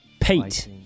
Pete